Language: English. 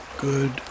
good